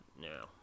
No